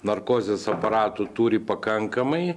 narkozės aparatų turi pakankamai